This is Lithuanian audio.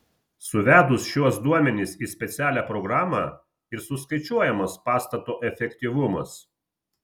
suvedus šiuos duomenis į specialią programą ir suskaičiuojamas pastato efektyvumas